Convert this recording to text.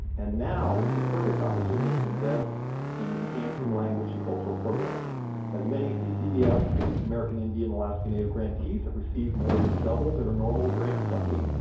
and now is the perfect opportunity to invest in enhancing language and cultural programs as many ccdf american indian alaska native grantees have received more than double their normal grant funding.